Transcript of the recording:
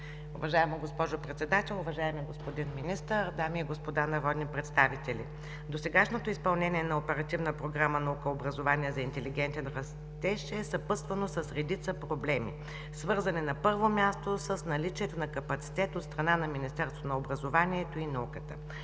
Уважаема госпожо Председател, уважаеми господин Министър, дами и господа народни представители! Досегашното изпълнение на Оперативна програма „Наука и образование за интелигентен растеж“ е съпътствано с редица проблеми, свързани, на първо място, с наличието на капацитет от страна на Министерството на образованието и науката.